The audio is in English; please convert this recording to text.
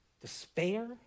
despair